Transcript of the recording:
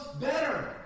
better